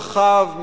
רחב,